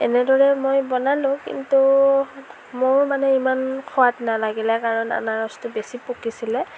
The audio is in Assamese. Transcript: এনেদৰে মই বনালোঁ কিন্তু মোৰ মানে ইমান সোৱাদ নালাগিলে কাৰণ আনাৰসটো বেছি পকিছিলে